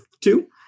two